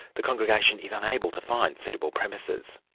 the congregation is unable to find suitable premises.